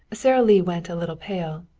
sara lee went a little pale.